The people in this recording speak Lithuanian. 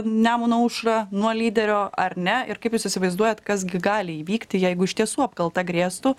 nemuno aušrą nuo lyderio ar ne ir kaip jūs įsivaizduojat kas gi gali įvykti jeigu iš tiesų apkalta grėstų